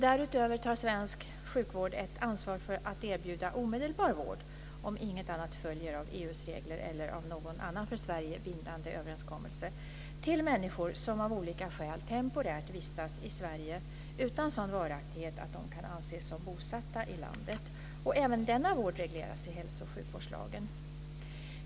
Därutöver tar svensk sjukvård ett ansvar för att erbjuda omedelbar vård - om inget annat följer av EU:s regler eller av någon annan för Sverige bindande överenskommelse - till människor som av olika skäl temporärt vistas i Sverige utan sådan varaktighet att de kan anses som bosatta i landet. Även denna vård regleras i hälso och sjukvårdslagen.